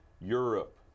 Europe